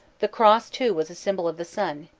the cross too was a symbol of the sun,